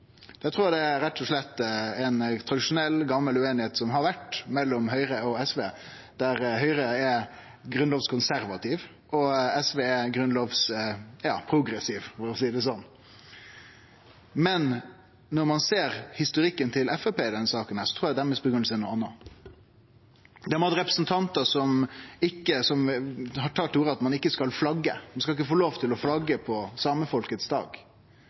Eg trur rett og slett det er tradisjonell, gamal ueinigheit som har vore mellom Høgre og SV, der Høgre er grunnlovskonservativ, og SV er grunnlovsprogressiv – for å seie det slik. Men når ein ser på historikken til Framstegspartiet i denne saka, trur eg deira grunngiving er ei anna. Dei har representantar som har tatt til orde for at ein ikkje skal flagge på samefolkets dag.